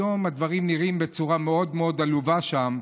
היום הדברים נראים בצורה מאוד מאוד עלובה שם,